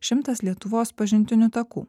šimtas lietuvos pažintinių takų